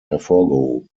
hervorgehoben